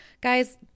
guys